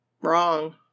wrong